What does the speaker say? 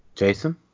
jason